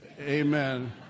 amen